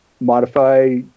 modify